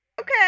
Okay